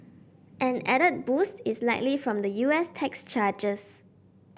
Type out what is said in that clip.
an added boost is likely from the U S tax changes